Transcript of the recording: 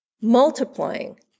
multiplying